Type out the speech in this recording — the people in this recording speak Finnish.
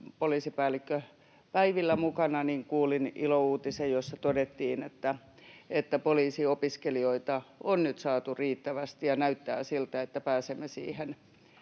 poliisipäällikköpäivillä mukana, kuulin ilouutisen, jossa todettiin, että poliisiopiskelijoita on nyt saatu riittävästi ja näyttää siltä, että pääsemme siihen